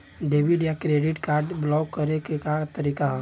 Debit या credit card block करे के का तरीका ह?